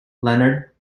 leonard